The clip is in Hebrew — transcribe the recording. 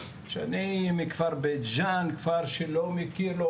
אני מכפר בית ג'אן שלא מכיר לא